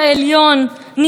ועל חופש הפרט.